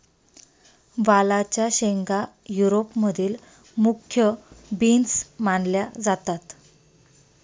वालाच्या शेंगा युरोप मधील मुख्य बीन्स मानल्या जातात